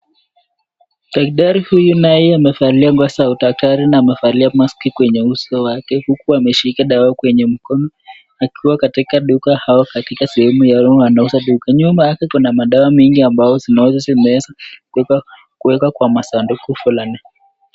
Daktari huyu naye amevalia nguo za udaktari na amevalia mask kwenye uso wake huku ameshika dawa kwenye mkono akiwa katika duka au sehemu ya nyuma anauza duka nyuma yake kuna madawa zinauzwa zimeeza kuwekwa kwa masanduku fulani.